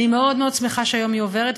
אני מאוד מאוד שמחה שהיום היא עוברת.